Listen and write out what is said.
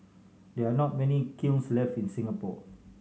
there are not many kilns left in Singapore